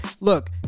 look